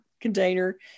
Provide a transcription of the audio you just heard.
container